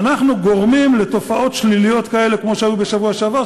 אנחנו גורמים לתופעות שליליות כאלה כמו שהיו בשבוע שעבר,